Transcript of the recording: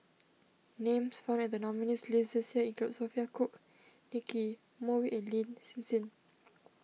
names found in the nominees' list this year include Sophia Cooke Nicky Moey and Lin Hsin Hsin